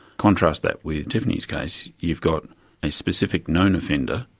contrast that with tiffany's case, you've got a specific known offender,